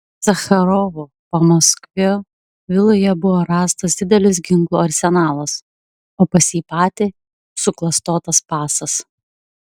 zacharovo pamaskvio viloje buvo rastas didelis ginklų arsenalas o pas jį patį suklastotas pasas